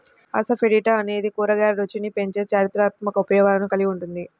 asafoetida అనేది కూరగాయల రుచిని పెంచే చారిత్రాత్మక ఉపయోగాలను కలిగి ఉంటుంది